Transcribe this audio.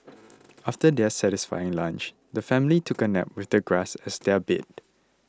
after their satisfying lunch the family took a nap with the grass as their bed